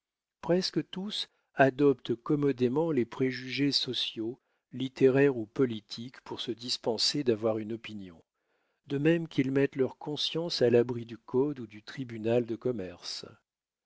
presque tous adoptent commodément les préjugés sociaux littéraires ou politiques pour se dispenser d'avoir une opinion de même qu'ils mettent leurs consciences à l'abri du code ou du tribunal de commerce